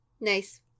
Nice